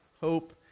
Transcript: Hope